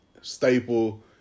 Staple